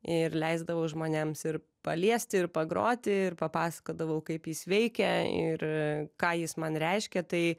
ir leisdavau žmonėms ir paliesti ir pagroti ir papasakodavau kaip jis veikia ir ką jis man reiškia tai